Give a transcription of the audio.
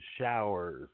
showers